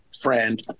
friend